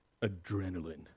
adrenaline